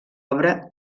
obra